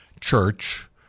church